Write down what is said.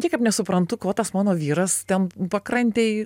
niekaip nesuprantu ko tas mano vyras ten pakrantėj